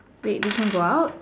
wait we can go out